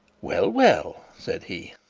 well, well said he.